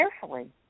carefully